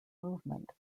movement